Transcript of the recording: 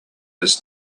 this